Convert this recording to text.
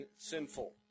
sinful